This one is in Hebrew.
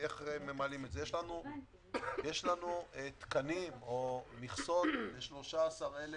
יש לנו תקנים או מכסות ל-13,000